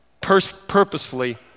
purposefully